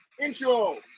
Intro